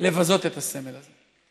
לבזות את הסמל הזה.